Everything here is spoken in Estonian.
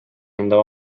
enda